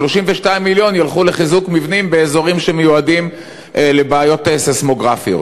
32 מיליון ילכו לחיזוק מבנים באזורים שמועדים לבעיות סיסמיות.